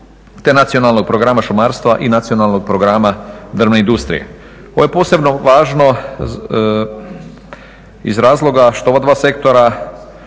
te Nacionalnog programa šumarstva i Nacionalnog programa drvne industrije. Ovo je posebno važno iz razloga što ova dva sektora